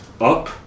up